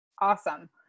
Awesome